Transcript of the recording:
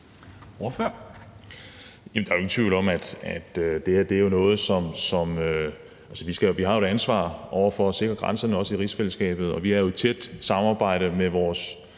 der er ingen tvivl om, at vi har et ansvar for at sikre grænserne, også i rigsfællesskabet, og vi er jo i et tæt samarbejde med vores